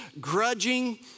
grudging